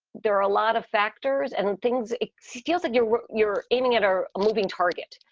there are a lot of factors and things it feels like you're you're aiming at are a moving target.